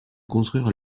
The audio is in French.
construire